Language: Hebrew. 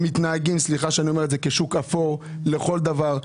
הם מתנהגים כשוק אפור לכל דבר.